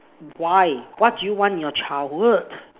why what do you want in your childhood